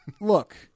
look